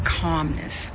calmness